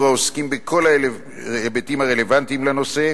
העוסקים בכל ההיבטים הרלוונטיים לנושא,